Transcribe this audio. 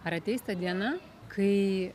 ar ateis ta diena kai